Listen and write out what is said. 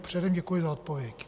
Předem děkuji za odpovědi.